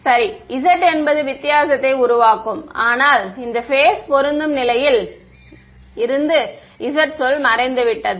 மாணவர் சரி z என்பது வித்தியாசத்தை உருவாக்கும் ஆனால் இந்த பேஸ் பொருந்தும் நிலையில் இருந்து z சொல் மறைந்துவிட்டது